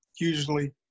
usually